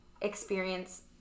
experience